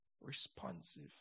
responsive